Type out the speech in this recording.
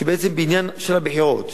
שהיא בעצם בעניין של הבחירות,